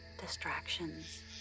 distractions